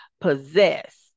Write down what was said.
possess